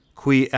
qui